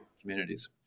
communities